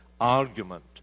argument